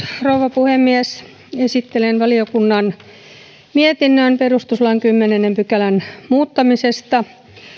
rouva puhemies esittelen valiokunnan mietinnön perustuslain kymmenennen pykälän muuttamisesta